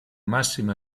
massima